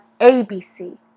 ABC